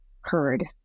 heard